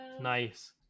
Nice